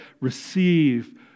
Receive